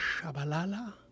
Shabalala